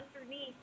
underneath